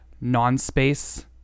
non-space